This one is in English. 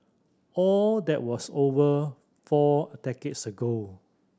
all that was over four decades ago